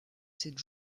cette